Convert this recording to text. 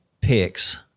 picks